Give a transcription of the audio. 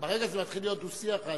אבל ברגע שזה מתחיל להיות דו-שיח העניין,